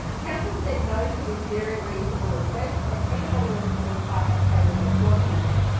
council said no to this very reasonable request and if anybody wants to look, i have tabled those documents.